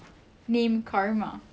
apa punya restaurant ni